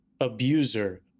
abuser